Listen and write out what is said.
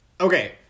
Okay